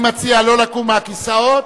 רבותי, אני מציע לא לקום מהכיסאות,